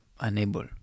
unable